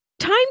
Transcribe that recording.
Time